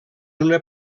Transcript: una